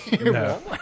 no